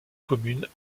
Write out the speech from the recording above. communes